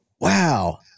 Wow